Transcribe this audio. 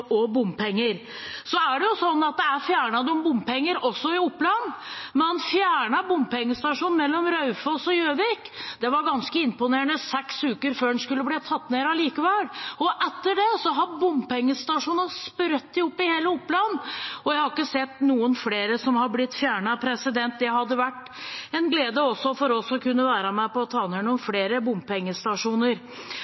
og bompenger. Så er det jo fjernet noen bompenger også i Oppland. Man fjernet bomstasjonen mellom Raufoss og Gjøvik. Det var ganske imponerende – seks uker før den skulle blitt tatt ned allikevel. Etter det har bomstasjonene sprettet opp i hele Oppland, og jeg har ikke sett noen flere som har blitt fjernet. Det hadde vært en glede også for oss å kunne være med på å ta ned noen